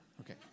Okay